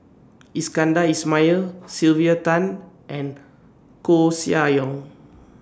Iskandar Ismail Sylvia Tan and Koeh Sia Yong